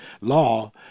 law